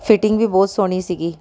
fitting ਵੀ ਬਹੁਤ ਸੋਹਣੀ ਸੀਗੀ